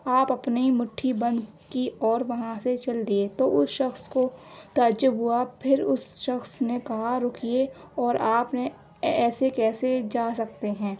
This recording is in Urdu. آپ اپنی مٹھی بند کی اور وہاں سے چل دیے تو اس شخص کو تعجب ہوا پھر اس شخص نے کہا روکیے اور آپ نے ایسے کیسے جا سکتے ہیں